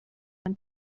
when